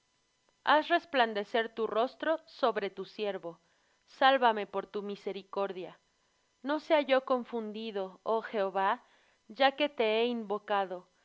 haz resplandecer tu rostro sobre tu siervo sálvame por tu misericordia no sea yo confundido oh jehová ya que te he invocado sean corridos los